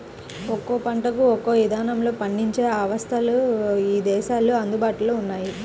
ఒక్కో పంటకు ఒక్కో ఇదానంలో పండించే అవస్థలు ఇదేశాల్లో అందుబాటులో ఉన్నయ్యి